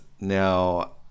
Now